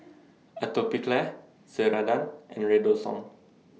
Atopiclair Ceradan and Redoxon